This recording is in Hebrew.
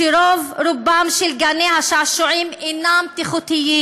שרוב-רובם של גני-השעשועים אינם בטיחותיים,